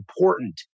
important